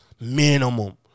Minimum